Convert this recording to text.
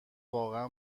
واقعا